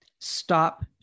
Stop